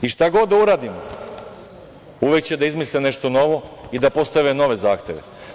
I šta god da uradimo, uvek će da izmisle nešto novo i da postave nove zahteve.